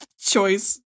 choice